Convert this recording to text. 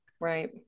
right